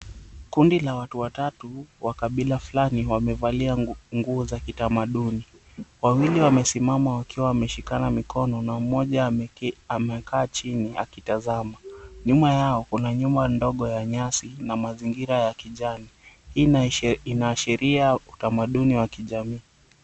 Kundi la watu watatu wa kabila fulani wamevalia nguo za kitamaduni. Wawili wamesimama wakiwa wameshikana mikono na mmoja amekaa chini akitazama. Nyuma yao kuna nyumba ndogo ya nyasi na mazingira ya kijani, hii inaashiria utamaduni wa kijamii.